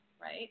right